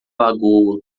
lagoa